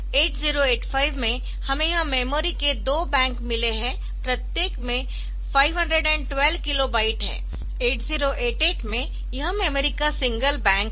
8085 में हमें यह मेमोरी के दो बैंक मिले है प्रत्येक में 512 किलो बाइट है 8088 में यह मेमोरी का सिंगल बैंक है